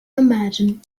imagine